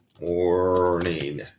morning